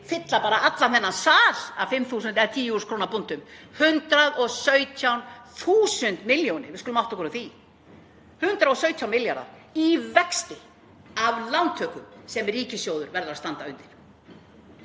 fylla bara allan þennan sal af 5.000 eða 10.000 kr. búntum. 117.000 milljónir, við skulum átta okkur á því, 117 milljarðar í vexti af lántökum sem ríkissjóður verður að standa undir.